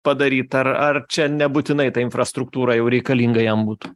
padaryt ar ar čia nebūtinai ta infrastruktūra jau reikalinga jam būtų